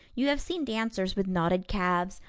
you have seen dancers with knotted calves,